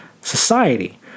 society